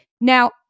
Now